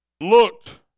looked